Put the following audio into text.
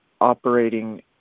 operating